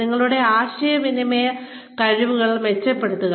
നിങ്ങളുടെ ആശയവിനിമയ കഴിവുകൾ മെച്ചപ്പെടുത്തുക